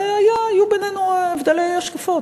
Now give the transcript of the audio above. היו בינינו הבדלי השקפות.